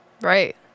Right